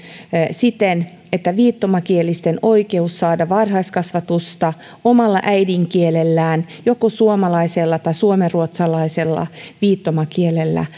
siten että viittomakielisten oikeus saada varhaiskasvatusta omalla äidinkielellään joko suomalaisella tai suomenruotsalaisella viittomakielellä